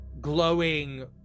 glowing